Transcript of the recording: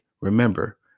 Remember